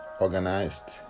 organized